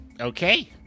Okay